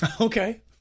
Okay